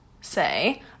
say